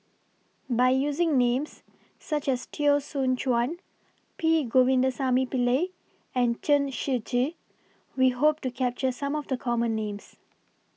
By using Names such as Teo Soon Chuan P Govindasamy Pillai and Chen Shiji We Hope to capture Some of The Common Names